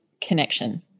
connection